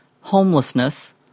homelessness